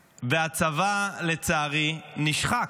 והצבא, לצערי, נשחק.